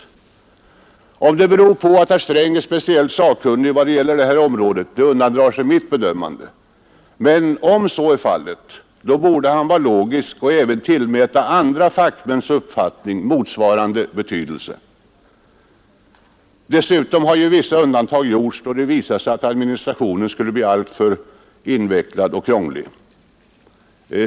Om det beror på att herr Sträng är speciellt sakkunnig i vad gäller det här området undandrar sig mitt bedömande, men om så är fallet borde han vara logisk och även tillmäta andra fackmäns uppfattning motsvarande betydelse. Dessutom har ju vissa undantag gjorts då det visat sig att administrationen skulle bli alltför invecklad och krånglig.